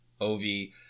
Ovi